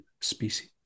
Species